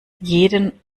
jeden